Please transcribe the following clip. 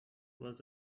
was